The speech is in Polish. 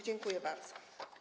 Dziękuję bardzo.